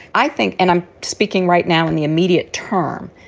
i think and i'm speaking right now in the immediate term,